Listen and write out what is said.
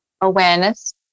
awareness